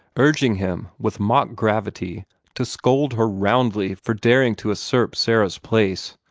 urging him with mock gravity to scold her roundly for daring to usurp sarah's place,